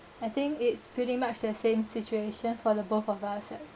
I think it's pretty much the same situation for the both of us